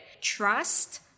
trust